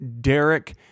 Derek